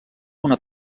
una